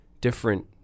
different